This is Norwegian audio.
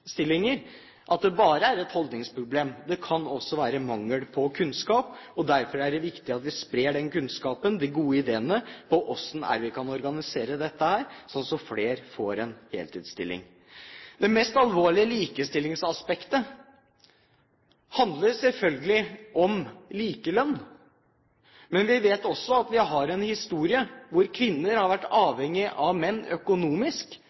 bare er et holdningsproblem. Det kan også være mangel på kunnskap. Derfor er det viktig at vi sprer den kunnskapen, de gode ideene, om hvordan vi kan organisere dette, slik at flere får en heltidsstilling. Det mest alvorlige likestillingsaspektet handler selvfølgelig om likelønn. Men vi vet også at vi har en historie der kvinner har vært avhengig av menn økonomisk